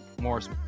Morris